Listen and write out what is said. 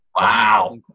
wow